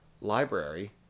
library